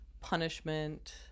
punishment